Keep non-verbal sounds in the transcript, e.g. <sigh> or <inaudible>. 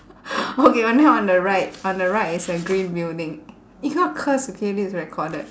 <laughs> okay on then on the right on the right is a green building you cannot curse okay this is recorded